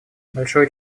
большое